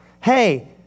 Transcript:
hey